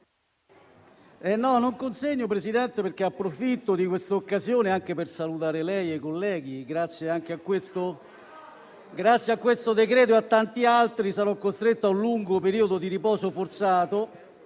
non consegno il mio intervento perché approfitto dell'occasione per salutare lei e i colleghi. Grazie a questo decreto-legge e a tanti altri sarò costretto a un lungo periodo di riposo forzato.